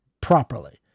properly